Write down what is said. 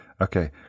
Okay